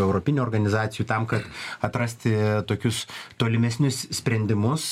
europinių organizacijų tam kad atrasti tokius tolimesnius sprendimus